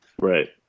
Right